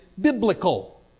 biblical